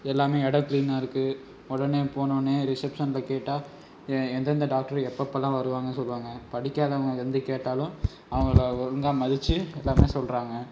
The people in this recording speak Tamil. எல்லாமே இடம் கிளீனாக இருக்கு உடனே போனவொடனே ரிஸப்ஷனில் கேட்டால் எந்தெந்த டாக்டர் எப்பப்பெலாம் வருவாங்க சொல்வாங்க படிக்காதவங்க வந்து கேட்டாலும் அவங்களை ஒழுங்காக மதிச்சு எல்லாமே சொல்கிறாங்க